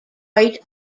quite